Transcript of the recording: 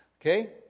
okay